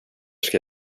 ska